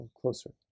closer